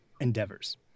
endeavors